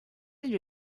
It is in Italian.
gli